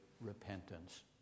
repentance